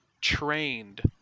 trained